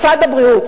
משרד הבריאות,